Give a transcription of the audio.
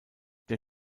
der